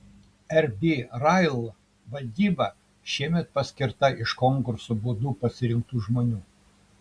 rb rail valdyba šiemet paskirta iš konkurso būdu pasirinktų žmonių